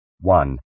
one